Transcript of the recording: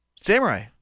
Samurai